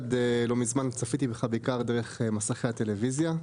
עד לא מזמן צפיתי בך בעיקר דרך מסכי הטלוויזיה,